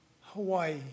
Hawaii